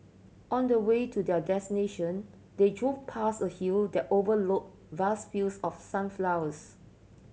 on the way to their destination they drove past a hill that overlooked vast fields of sunflowers